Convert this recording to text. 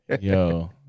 Yo